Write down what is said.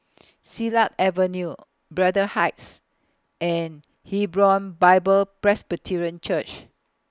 Silat Avenue Braddell Heights and Hebron Bible Presbyterian Church